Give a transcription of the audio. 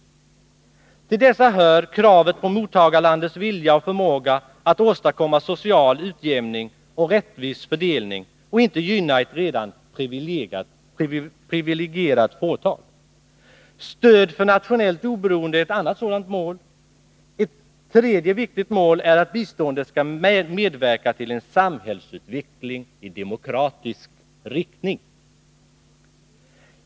Till dessa hör kravet på mottagarlandets vilja och förmåga att åstadkomma social utjämning och rättvis fördelning och inte gynna ett redan privilegierat fåtal. Stöd för nationellt oberoende är ett annat sådant mål. Ett tredje viktigt mål är att biståndet skall medverka till en samhällsutveckling i demokratisk riktning.